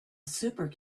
super